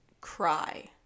cry